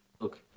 look